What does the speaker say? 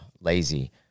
lazy